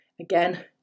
again